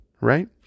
right